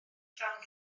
llawn